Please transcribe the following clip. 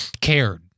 cared